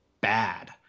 bad